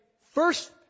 first